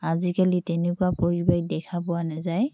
আজিকালি তেনেকুৱা পৰিৱেশ দেখা পোৱা নাযায়